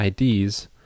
IDs